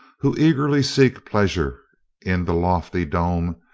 who eagerly seek pleasure in the lofty dome,